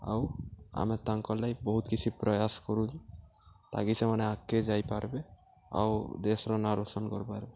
ଆଉ ଆମେ ତାଙ୍କର୍ ଲାଗି ବହୁତ୍ କିଛି ପ୍ରୟାସ୍ କରୁଚୁଁ ତାକି ସେମାନେ ଆଗ୍କେ ଯାଇପାର୍ବେ ଆଉ ଦେଶ୍ର ନାଁ ରୋସନ୍ କରିପାର୍ବେ